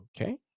okay